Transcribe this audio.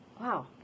Wow